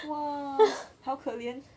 !wah! 好可怜